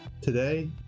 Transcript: today